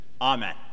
amen